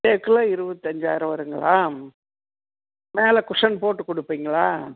தேக்கே இருபத்தஞ்சாயிரம் வருங்களா மேலே குஷன் போட்டு கொடுப்பிங்களா